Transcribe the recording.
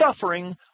suffering